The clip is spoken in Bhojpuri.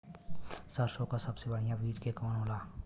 सरसों क सबसे बढ़िया बिज के कवन होला?